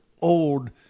old